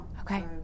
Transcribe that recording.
Okay